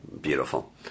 Beautiful